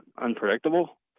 unpredictable